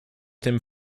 tym